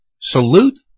salute